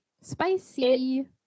Spicy